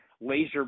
laser